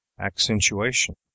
Accentuation